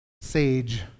sage